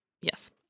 Yes